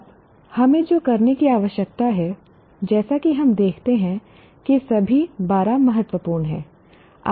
अब हमें जो करने की आवश्यकता है जैसा कि हम देखते हैं कि सभी 12 महत्वपूर्ण हैं